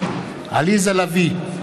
עליזה לביא,